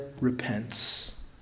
repents